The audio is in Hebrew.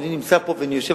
כשאני נמצא פה ואני יושב,